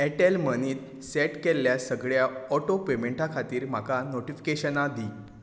Airtel मनीत set केल्ल्या सगळ्या ऑटो पेमँटा खातीर म्हाका नोटीफीकेशनां दी